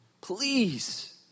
Please